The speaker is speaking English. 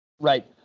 Right